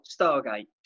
Stargate